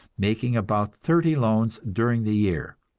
making about thirty loans during the year.